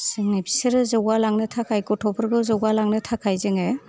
बिसोर जौगालांनो थाखाय गथ'फोरखौ जौगा लांनो थाखाय जोङो